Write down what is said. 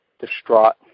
distraught